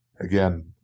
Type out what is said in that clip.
Again